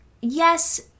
yes